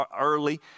early